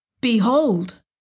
Behold